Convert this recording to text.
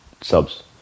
subs